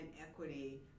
equity